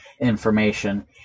information